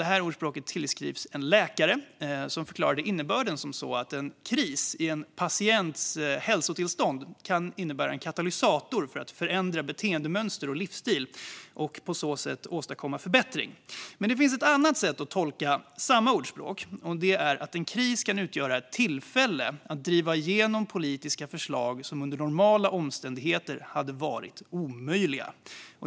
Det ordspråket tillskrivs en läkare, som förklarade innebörden som så att en kris i en patients hälsotillstånd kan innebära en katalysator för att förändra beteendemönster och livsstil och på så sätt åstadkomma förbättring. Men det finns ett annat sätt att tolka samma ordspråk, nämligen att en kris kan utgöra ett tillfälle att driva igenom politiska förslag som under normala omständigheter hade varit omöjliga.